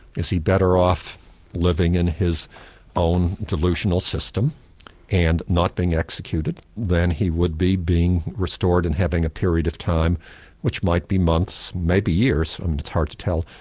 is he better off living in his own delusional system and not being executed than he would be being restored and having a period of time which might be months, might be years, um and it's hard to tell,